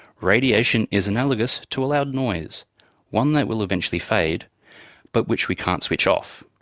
radiation is analogous to a loud noise one that will eventually fade but which we can't switch off.